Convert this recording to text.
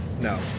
No